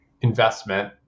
investment